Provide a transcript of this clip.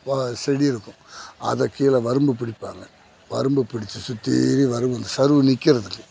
வா செடி இருக்கும் அதை கீழே வரம்பு பிடிப்பாங்க வரம்பு புடிச்சு சுத்தீரியும் வரம்பு அந்த சருகு நிற்கிறதுக்கு